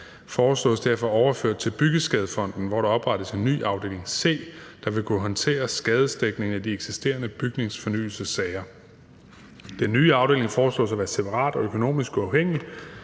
sager foreslås derfor overført til Byggeskadefonden, hvor der oprettes en ny afdeling, Afdeling C, der vil kunne håndtere skadesdækning af de eksisterende bygningsfornyelsessager. Den nye afdeling foreslås at være separat og økonomisk uafhængig